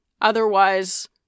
Otherwise